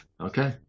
okay